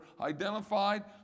identified